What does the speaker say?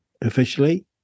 officially